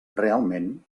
realment